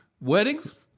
Weddings